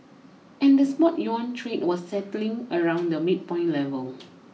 and the spot yuan trade was settling around the midpoint level